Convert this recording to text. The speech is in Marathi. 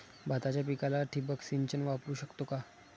भाताच्या पिकाला ठिबक सिंचन वापरू शकतो का?